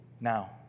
now